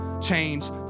change